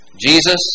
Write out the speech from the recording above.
Jesus